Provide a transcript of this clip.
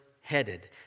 headed